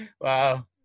Wow